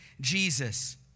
Jesus